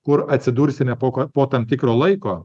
kur atsidursime po ka po tam tikro laiko